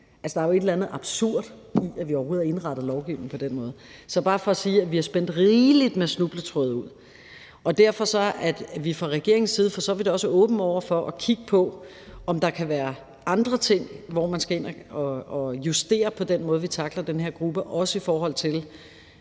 der er jo et eller andet absurd i, at vi overhovedet har indrettet lovgivningen på den måde. Så det er bare for at sige, at vi har spændt rigelig med snubletråde ud. Derfor er vi fra regeringens side for så vidt også åbne over for at kigge på, om der kan være andre steder, hvor man skal ind at justere på den måde, vi tackler den her gruppe på, også i forhold til